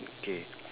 okay